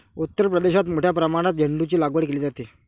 उत्तर प्रदेशात मोठ्या प्रमाणात झेंडूचीलागवड केली जाते